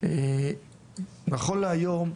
נכון להיום,